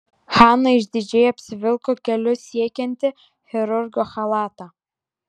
hana išdidžiai apsivilko kelius siekiantį chirurgo chalatą